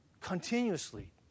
Continuously